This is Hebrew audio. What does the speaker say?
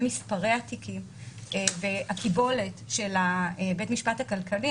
מספרי התיקים והקיבולת של בית המשפט הכלכלי,